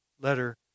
letter